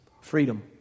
Freedom